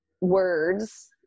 words